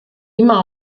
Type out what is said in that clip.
immer